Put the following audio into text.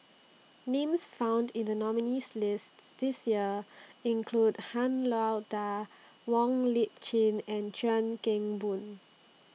Names found in The nominees' lists This Year include Han Lao DA Wong Lip Chin and Chuan Keng Boon